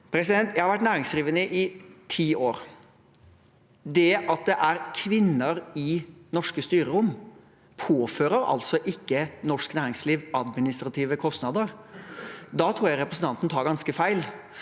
kommet. Jeg har vært næringsdrivende i ti år. Det at det er kvinner i norske styrerom, påfører altså ikke norsk næringsliv administrative kostnader. Da tror jeg representanten tar ganske feil.